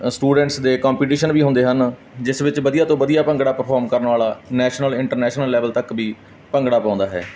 students ਦੇ competition ਵੀ ਹੁੰਦੇ ਹਨ ਜਿਸ ਵਿੱਚ ਵਧੀਆ ਤੋਂ ਵਧੀਆ ਭੰਗੜਾ ਪ੍ਰਫੋਰਮ ਕਰਨ ਵਾਲਾ ਨੈਸ਼ਨਲ ਇੰਟਰਨੈਸ਼ਨਲ ਲੈਵਲ ਤੱਕ ਵੀ ਭੰਗੜਾ ਪਾਉਂਦਾ ਹੈ